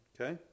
okay